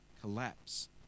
collapse